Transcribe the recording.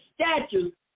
statutes